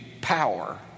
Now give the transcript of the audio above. power